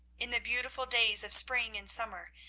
in the beautiful days of spring and summer,